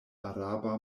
araba